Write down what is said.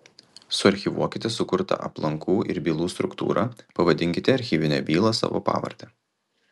suarchyvuokite sukurtą aplankų ir bylų struktūrą pavadinkite archyvinę bylą savo pavarde